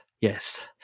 yes